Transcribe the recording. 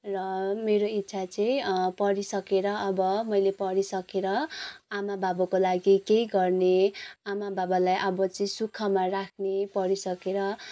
र मेरो इच्छा चाहिँ पढिसकेर अब मैले पढिसकेर आमा बाबुको लागि केही गर्ने आमा बाबालाई अब चाहिँ सुखमा राख्ने पढिसकेर अनि